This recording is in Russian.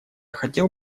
хотел